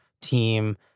team